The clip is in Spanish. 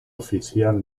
oficial